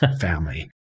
family